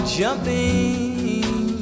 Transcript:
jumping